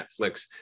Netflix